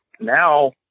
Now